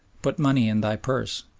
put money in thy purse,